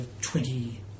twenty